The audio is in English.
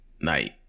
Night